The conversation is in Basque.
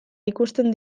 ikusten